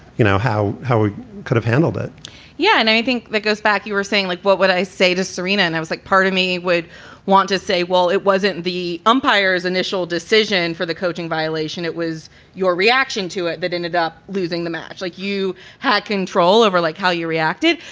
you know, how how we could have handled it yeah. and i think that goes back. you were saying, like, what would i say to serena? and i was like part of me would want to say, well, it wasn't the umpire's initial decision for the coaching violation. it was your reaction to it. that ended up losing the match like you had control over like how you reacted.